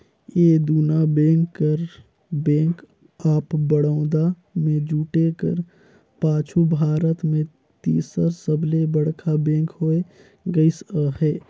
ए दुना बेंक कर bank of Baroda में जुटे कर पाछू भारत में तीसर सबले बड़खा बेंक होए गइस अहे